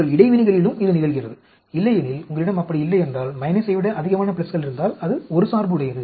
உங்கள் இடைவினைகளிலும் இது நிகழ்கிறது இல்லையெனில் உங்களிடம் அப்படி இல்லையென்றால் மைனஸை விட அதிகமான பிளஸ்கள் இருந்தால் அது ஒருசார்புடையது